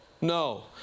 no